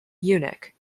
munich